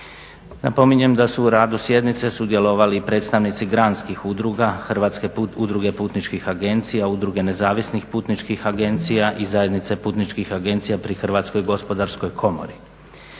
Napominjem da su u radu sjednice sudjelovali i predstavnici granskih udruga, Hrvatske udruge putničkih agencija, Udruge nezavisnih putničkih agencija i Zajednica putničkih agencija pri Hrvatskoj gospodarskoj komori.